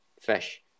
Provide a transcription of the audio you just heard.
Fish